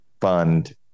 fund